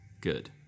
Good